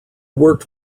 worked